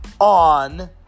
on